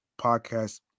Podcast